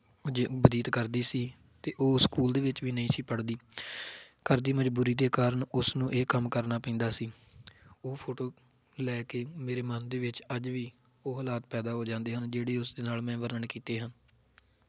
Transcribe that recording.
ਬਤੀਤ ਕਰਦੀ ਸੀ ਅਤੇ ਉਹ ਸਕੂਲ ਦੇ ਵਿੱਚ ਵੀ ਨਹੀਂ ਸੀ ਪੜ੍ਹਦੀ ਘਰ ਦੀ ਮਜਬੂਰੀ ਦੇ ਕਾਰਨ ਉਸ ਨੂੰ ਇਹ ਕੰਮ ਕਰਨਾ ਪੈਂਦਾ ਸੀ ਉਹ ਫੋਟੋ ਲੈ ਕੇ ਮੇਰੇ ਮਨ ਦੇ ਵਿੱਚ ਅੱਜ ਵੀ ਉਹ ਹਾਲਾਤ ਪੈਦਾ ਹੋ ਜਾਂਦੇ ਹਨ ਜਿਹੜੇ ਉਸ ਦੇ ਨਾਲ ਮੈਂ ਵਰਣਨ ਕੀਤੇ ਹਨ